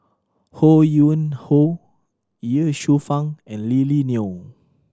Ho Yuen Hoe Ye Shufang and Lily Neo